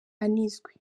anizwe